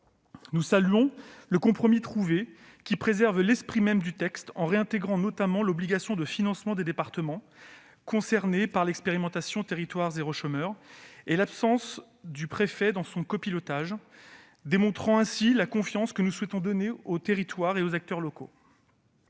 Nous saluons le compromis trouvé, qui préserve l'esprit même du texte en réintégrant notamment l'obligation de financement des départements concernés par l'expérimentation « territoires zéro chômeur de longue durée » et l'absence du préfet dans son copilotage, démontrant ainsi la confiance que nous souhaitons donner aux territoires et aux acteurs locaux.